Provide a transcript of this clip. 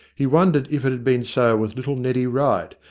he wondered if it had been so with little neddy wright,